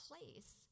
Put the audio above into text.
Place